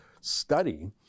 study